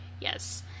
Yes